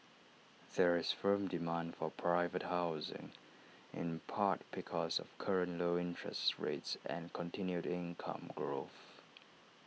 there is firm demand for private housing in part because of current low interest rates and continued income growth